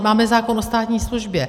Máme zákon o státní službě.